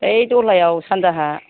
बै दलायाव सानजाहा